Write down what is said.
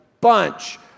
bunch